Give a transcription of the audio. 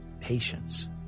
patience